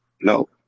no